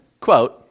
quote